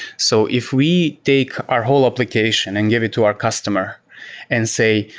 so if we take our whole application and give it to our customer and say,